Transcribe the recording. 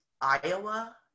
Iowa